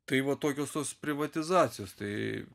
tai va tokios tos privatizacijos tai